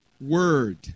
word